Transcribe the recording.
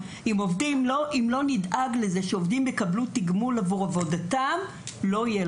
אם לא נדאג לזה שעובדים יקבלו תגמול עבור עבודתם - לא יהיו לנו.